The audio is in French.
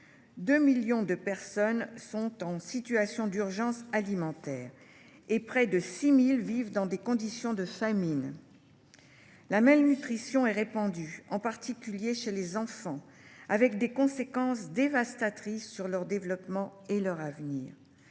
; 2 millions de personnes se trouvent en situation d’urgence alimentaire et près de 6 000 vivent dans des conditions de famine. La malnutrition, répandue notamment chez les enfants, emporte des conséquences dévastatrices sur leur développement et leur avenir.